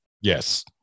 Yes